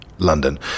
London